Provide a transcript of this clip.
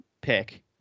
pick